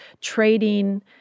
trading